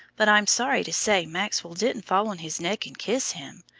but i'm sorry to say maxwell didn't fall on his neck and kiss him.